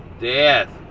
death